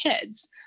kids